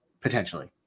potentially